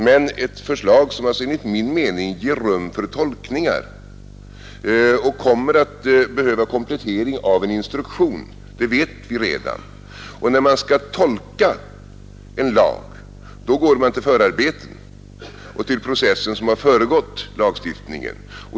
Men det är ett förslag som enligt min mening ger rum för tolkningar och kommer att behöva komplettering med en instruktion — det vet vi redan. När man skall tolka en lag går man till förarbetena, till processen som föregått lagstiftningen.